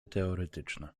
teoretyczne